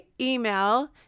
email